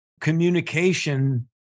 communication